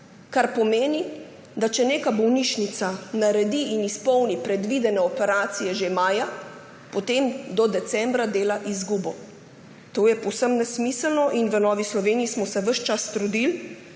Kar pomeni, da če neka bolnišnica naredi in izpolni predvidene operacije že maja, potem do decembra dela izgubo. To je povsem nesmiselno in v Novi Sloveniji smo se ves čas trudili